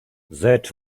that